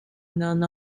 known